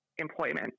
employment